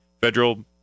federal